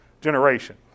generation